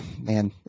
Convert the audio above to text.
man